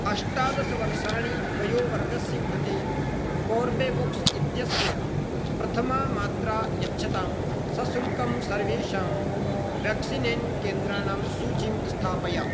अष्टादशवर्षाणि वयोवर्गस्य कृते कोर्बेवोक्स् इत्यस्य प्रथममात्रायच्छतां सशुल्कं सर्वेषां व्याक्सिनेशन् केन्द्राणां सूचीं इस्थापय